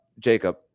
Jacob